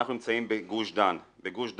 אנחנו נמצאים בגוש דן, בגוש דן,